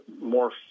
more